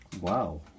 Wow